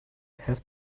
have